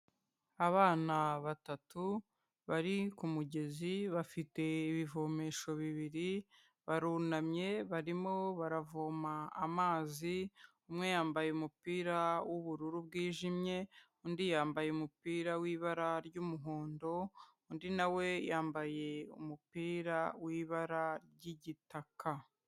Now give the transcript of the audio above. Abana batatu bari ku mugezi bafite ibivomesho bibiri, barunamye barimo baravoma amazi, umwe yambaye umupira w'ubururu bwijimye, undi yambaye umupira w'ibara ry'umuhondo, undi na we yambaye umupira w'ibara ry'igitaka.